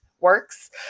Works